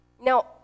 Now